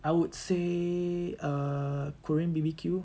I would say err korean B_B_Q